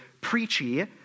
preachy